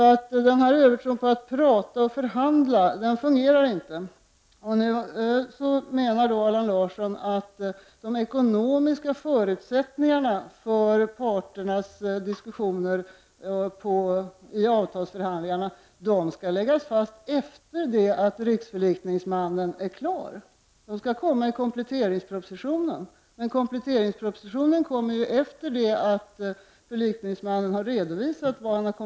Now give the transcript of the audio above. Den här övertron på att man skall kunna tala och förhandla fungerar inte. Allan Larsson menar att de ekonomiska förutsättningarna för parternas diskussioner i avtalsförhandlingarna skall läggas fast efter det att riksförlikningsmannen är klar med sitt arbete. De skall framläggas i kompletteringspropositionen. Men kompletteringspropositionen läggs ju fram efter det att förlikningsmannen har redovisat sitt arbete.